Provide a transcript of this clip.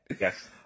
Yes